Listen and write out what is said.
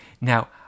Now